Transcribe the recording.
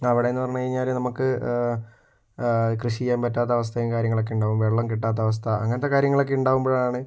അവടേന്ന് പറഞ്ഞ് കഴിഞ്ഞാല് നമുക്ക് കൃഷി ചെയ്യാൻ പറ്റാത്ത അവസ്ഥയും കാര്യങ്ങളൊക്കെ ഉണ്ടാവും വെള്ളം കിട്ടാത്ത അവസ്ഥ അങ്ങനത്തെ കാര്യങ്ങളൊക്കെ ഉണ്ടാവുമ്പോഴാണ്